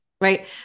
Right